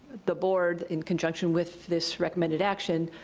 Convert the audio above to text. the board, in conjunction with this recommended action,